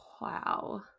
wow